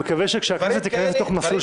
אני מקווה שכשהכנסת תיכנס לתוך מסלול